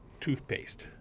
toothpaste